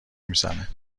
میزنه